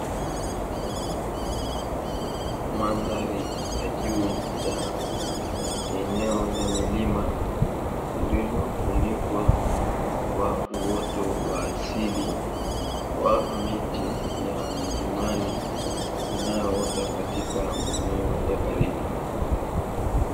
Mandhari ya juu ya eneo la milima lililofunikwa kwa uoto wa asili wa miti ya milimani inayoota katika maeneo ya baridi.